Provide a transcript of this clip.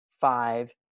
Five